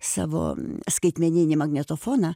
savo skaitmeninį magnetofoną